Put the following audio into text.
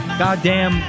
goddamn